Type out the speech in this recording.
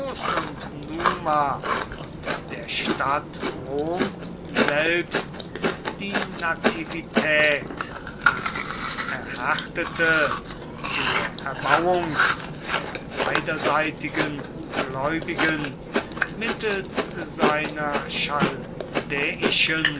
und numa und der stadt rom selbst die nativität und erhärtete zur erbauung der beiderseitigen gläubigen mittels seiner